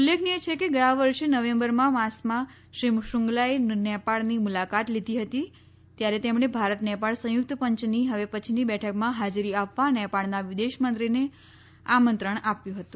ઉલ્લેખનિય છે કે ગયા વર્ષે નવેમ્બર માસમાં શ્રી શ્રૃંગલાએ નેપાળની મુલાકાત લીધી હતી ત્યારે તેમણે ભારત નેપાળ સંયુક્ત પંચની હવે પછીની બેઠકમાં હાજરી આપવા નેપાળના વિદેશ મંત્રીને આમંત્રણ આપ્યું હતું